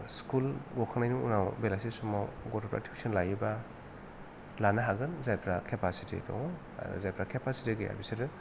school गखांनायनि उनाव बेलासि समाव गथ'फोरा टुइसन लायोब्ला लानो हागोन जायफ्रा केपासिटि दङ आरो जायफ्रा केपासिटि गैया बिसोरो